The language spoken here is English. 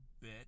bit